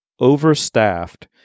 overstaffed